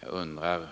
Jag undrar